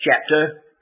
chapter